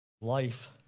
life